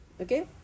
Okay